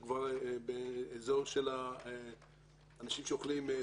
זה כבר באזור של אנשים שאוכלים ---.